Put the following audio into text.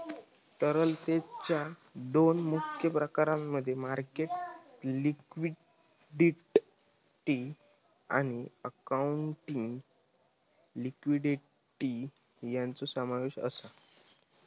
तरलतेच्या दोन मुख्य प्रकारांमध्ये मार्केट लिक्विडिटी आणि अकाउंटिंग लिक्विडिटी यांचो समावेश आसा